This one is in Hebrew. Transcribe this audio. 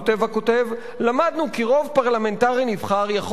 כותב הכותב: "למדנו כי רוב פרלמנטרי נבחר יכול